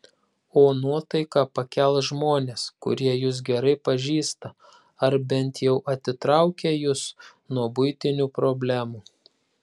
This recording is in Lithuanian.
o nuotaiką pakels žmonės kurie jus gerai pažįsta ar bent jau atitraukia jus nuo buitinių problemų